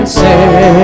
say